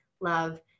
love